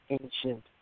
ancient